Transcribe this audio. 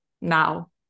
now